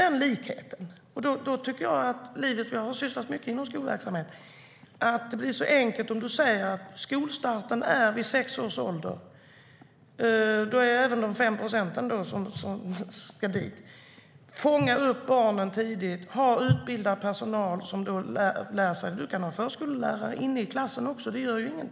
Jag har sysslat med mycket inom skolverksamhet, och det blir så enkelt om vi säger att skolstarten är vid sex års ålder. Då är det även de 5 procenten som ska dit. Vi fångar upp barnen tidigt och har utbildad personal. Det kan vara förskollärare i klassen också; det gör inget.